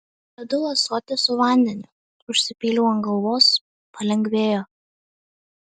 radau ąsotį su vandeniu užsipyliau ant galvos palengvėjo